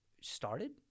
started